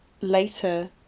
later